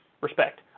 Respect